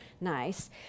nice